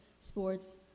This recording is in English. sports